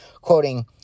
Quoting